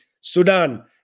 Sudan